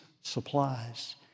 supplies